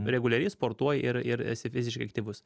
reguliariai sportuoji ir ir esi fiziškai aktyvus